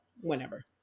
whenever